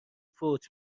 فوت